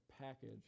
package